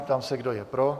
Ptám se, kdo je pro.